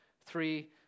three